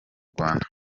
rwanda